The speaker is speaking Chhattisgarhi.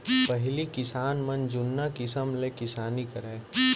पहिली किसान मन जुन्ना किसम ले किसानी करय